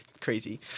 Crazy